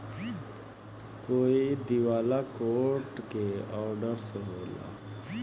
कोई दिवाला कोर्ट के ऑर्डर से होला